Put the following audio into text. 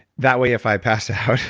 that way if i pass out,